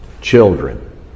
children